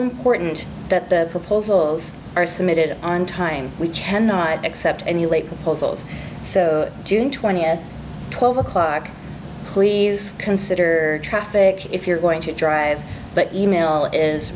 important that the proposals are submitted on time we cannot accept any late proposals so june twentieth twelve o'clock please consider traffic if you're going to drive but email is